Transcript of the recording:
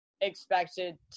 expected